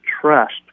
trust